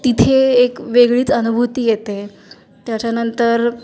तिथे एक वेगळीच अनुभूती येते त्याच्यानंतर